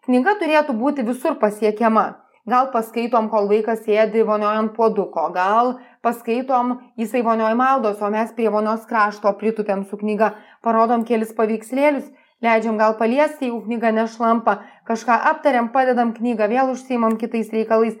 knyga turėtų būti visur pasiekiama gal paskaitom kol vaikas sėdi vonioj ant puoduko gal paskaitom jisai vonioj maudos o mes prie vonios krašto pritupėm su knyga parodom kelis paveikslėlius leidžiam gal paliest jeigu knyga nešlampa kažką aptariam padedam knygą vėl užsiimam kitais reikalais